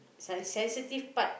s~ sensitive part